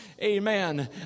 amen